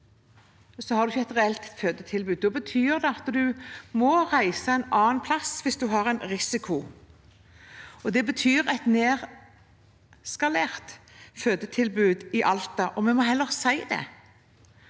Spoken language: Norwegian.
mer, har man ikke et reelt fødetilbud. Da betyr det at man må reise en annen plass hvis man har en risiko. Det betyr et nedskalert fødetilbud i Alta. Vi må heller si det.